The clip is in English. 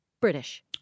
British